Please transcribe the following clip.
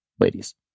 Ladies